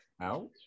out